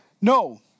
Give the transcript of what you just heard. No